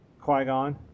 Qui-Gon